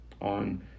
on